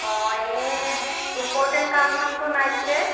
অঁ এনেই ইমপৰ্টেণ্ট কাম চামটো নাই পিছে